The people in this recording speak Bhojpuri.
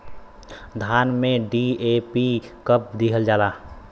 धान में डी.ए.पी कब दिहल जाला?